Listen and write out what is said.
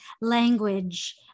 language